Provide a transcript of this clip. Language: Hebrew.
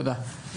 תודה.